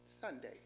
Sunday